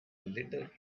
little